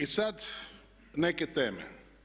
I sad neke teme.